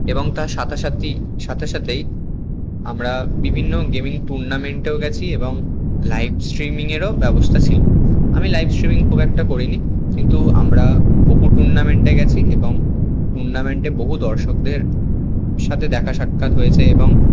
এবং তার সাথেসাথেই সাথেসাথেই আমরা বিভিন্ন গেমিং টুর্নামেন্টেও গেছি এবং লাইভ স্ট্রিমিংয়েরও ব্যবস্থা ছিল আমি লাইভ স্ট্রিমিং খুব একটা করি নি কিন্তু আমরা বহু টুর্নামেন্টে গেছি এবং টুর্নামেন্টে বহু দর্শকদের সাথে দেখা সাক্ষাৎ হয়েছে এবং